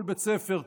כל בית ספר,